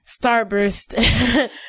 starburst